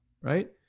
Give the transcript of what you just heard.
Right